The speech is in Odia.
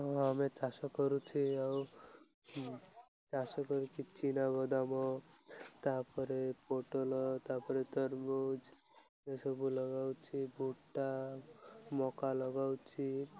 ହଁ ଆମେ ଚାଷ କରୁଛି ଆଉ ଚାଷ କରିକି ଚିନାବାଦାମ ତା'ପରେ ପୋଟଳ ତା'ପରେ ତରଭୁଜ ଏସବୁ ଲଗାଉଛି ବୁଟା ମକା ଲଗାଉଛି